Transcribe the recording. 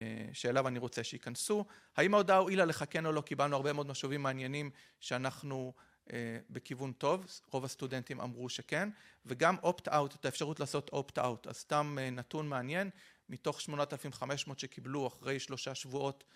שאליו אני רוצה שיכנסו, האם ההודעה הועילה לך כן או לא, קיבלנו הרבה מאוד משובים מעניינים שאנחנו בכיוון טוב, רוב הסטודנטים אמרו שכן, וגם opt-out את האפשרות לעשות opt-out אז סתם נתון מעניין, מתוך 8500 שקיבלו אחרי שלושה שבועות